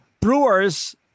Brewers